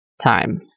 time